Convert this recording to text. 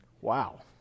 Wow